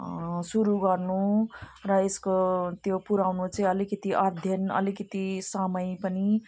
सुरु गर्नु र यसको त्यो पुर्याउनु चैँ अलिकति अध्ययन अलिकति समय पनि